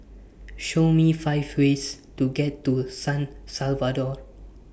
Show Me five ways to get to San Salvador